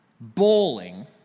bowling